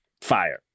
fire